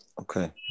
okay